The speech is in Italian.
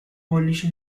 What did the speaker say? pollice